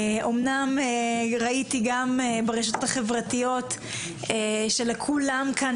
אמנם ראיתי גם ברשתות החברתיות שלכולם כאן